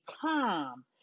calm